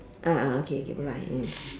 ah ah okay okay bye mm